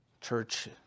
church